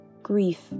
Grief